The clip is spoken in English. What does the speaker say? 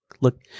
look